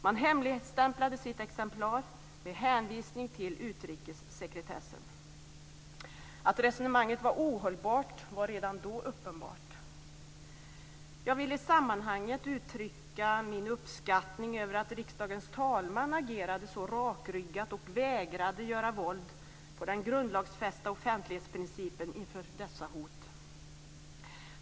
Man hemligstämplade sitt exemplar med hänvisning till utrikessekretessen. Att resonemanget var ohållbart var redan då uppenbart. Jag vill i sammanhanget uttrycka min uppskattning över att riksdagens talman agerade så rakryggat och vägrade göra våld på den grundlagsfästa offentlighetsprincipen inför dessa hot.